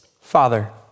Father